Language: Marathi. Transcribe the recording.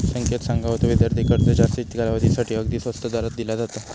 संकेत सांगा होतो, विद्यार्थी कर्ज जास्तीच्या कालावधीसाठी अगदी स्वस्त दरात दिला जाता